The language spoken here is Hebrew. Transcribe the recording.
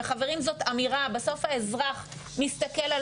וחברים זאת אמירה בסוף לאזרח מסתכל על